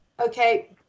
Okay